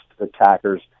attackers